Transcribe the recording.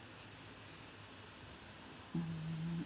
mm